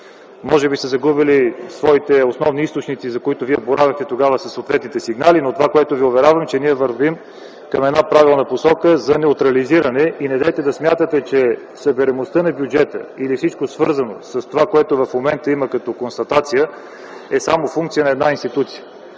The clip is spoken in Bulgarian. Може би сте загубили своите основни източници, за които вие боравехте тогава със съответните сигнали, но това, което ви уверявам е, че ние вървим към една правилна посока за неутрализиране. Недейте да смятате, че събираемостта на бюджета или всичко свързано с това, което в момента има като констатация, е само функция на една институция.